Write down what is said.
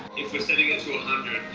if we're setting it